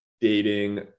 dating